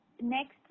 next